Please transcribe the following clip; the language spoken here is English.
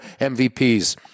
MVPs